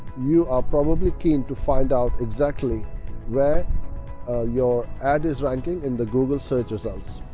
you are probably keen to find out exactly where your ad is ranking in the google search results.